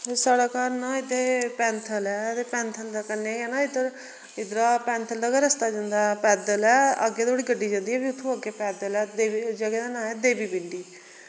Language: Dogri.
साढ़ा घर ना इत्थेै पैंथल ऐ ते पैंथल दे कन्नै गै ना इद्धर इद्धरा पैंथल दा गै रस्ता जंदा पैदल ऐ अग्गै धोड़ी गड्डी जंदी फ्ही उत्थूं अग्गै पैदल ऐ देवी जगह दा नां ऐ देवी पिंडी